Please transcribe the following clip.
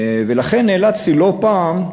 לכן נאלצתי לא פעם,